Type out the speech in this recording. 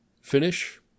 Finish